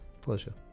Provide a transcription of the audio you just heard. Pleasure